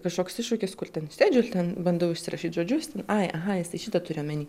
kažkoks iššūkis kur ten sėdžiu ten bandau užsirašyt žodžius ten ai aha jisai šitą turi omeny